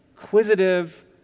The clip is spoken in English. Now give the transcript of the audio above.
inquisitive